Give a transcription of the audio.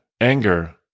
Anger